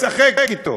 ישחק אתו,